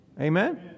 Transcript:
Amen